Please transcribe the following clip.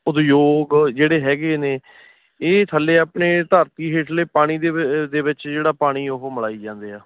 ਉਦਯੋਗ ਜਿਹੜੇ ਹੈਗੇ ਨੇ ਇਹ ਥੱਲੇ ਆਪਣੇ ਧਰਤੀ ਹੇਠਲੇ ਪਾਣੀ ਦੇ ਵਿੱਚ ਦੇ ਵਿੱਚ ਜਿਹੜਾ ਪਾਣੀ ਉਹ ਮਲਾਈ ਜਾਂਦੇ ਆ